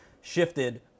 shifted